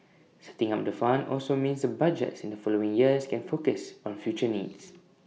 setting up the fund also means the budgets in the following years can focus on future needs